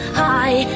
high